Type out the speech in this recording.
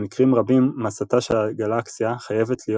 במקרים רבים מסתה של הגלקסיה חייבת להיות